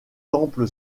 temple